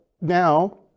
now